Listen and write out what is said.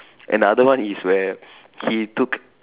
and the other one is where he took